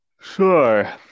Sure